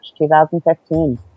2015